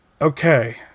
okay